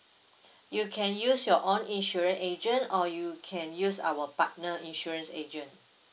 you can use your own insurance agent or you can use our partner insurance agent